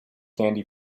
candy